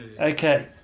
Okay